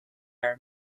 are